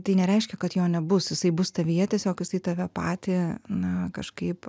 tai nereiškia kad jo nebus jisai bus tavyje tiesiog jisai tave patį na kažkaip